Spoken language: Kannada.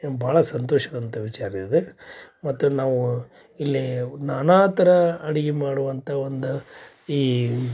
ಏನು ಭಾಳ ಸಂತೋಷದಂಥ ವಿಚಾರ ಇದು ಮತ್ತು ನಾವು ಇಲ್ಲಿ ನಾನಾ ಥರ ಅಡುಗೆ ಮಾಡುವಂಥ ಒಂದು ಈ